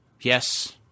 yes